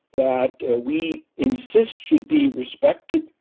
that ah we insist should be respected.